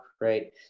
right